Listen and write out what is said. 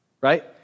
Right